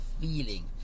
feeling